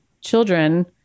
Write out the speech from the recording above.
children